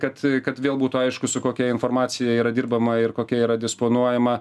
kad kad vėl būtų aišku su kokia informacija yra dirbama ir kokia yra disponuojama